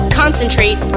concentrate